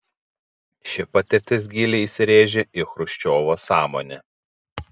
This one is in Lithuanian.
ši patirtis giliai įsirėžė į chruščiovo sąmonę